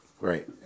Right